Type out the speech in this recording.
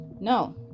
No